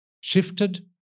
shifted